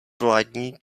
vládní